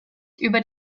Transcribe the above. über